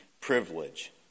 privilege